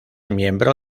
miembro